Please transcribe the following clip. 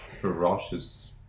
ferocious